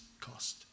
cost